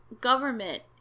government